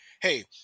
hey